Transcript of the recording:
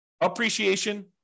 appreciation